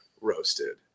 roasted